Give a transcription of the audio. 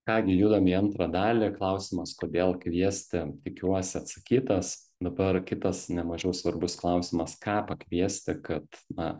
ką gi judam į antrą dalį klausimas kodėl kviesti tikiuosi atsakytas dabar kitas nemažiau svarbus klausimas ką pakviesti kad na